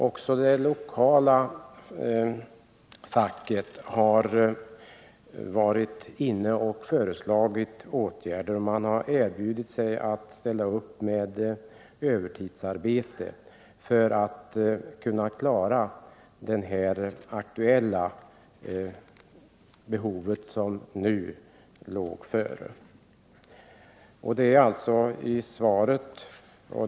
Också det lokala facket har föreslagit åtgärder. Man har erbjudit sig att ställa upp med övertidsarbete för att kunna klara det aktuella behovet.